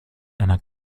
einer